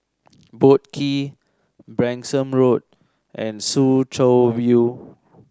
Boat Quay Branksome Road and Soo Chow View